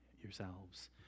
yourselves